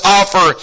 offer